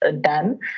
done